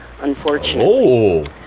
unfortunately